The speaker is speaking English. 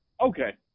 Okay